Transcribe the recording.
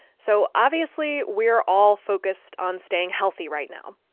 so obviously, we're all focused on staying healthy right now.